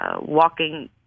walking